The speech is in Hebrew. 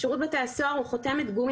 שירות בתי הסוהר הוא חותמת גומי.